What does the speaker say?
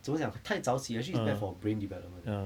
怎么讲太早起 actually is bad for brain development eh